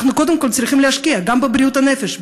אנחנו קודם כול צריכים להשקיע גם בבריאות הנפש.